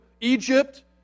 Egypt